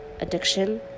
addiction